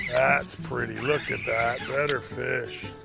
that's pretty. look at that. better fish.